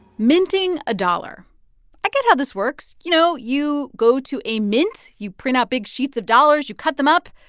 minting a dollar i get how this works. you know, you go to a mint, you print out big sheets of dollars, you cut them up,